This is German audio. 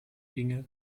inge